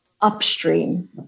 upstream